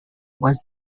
was